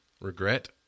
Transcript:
Regret